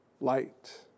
light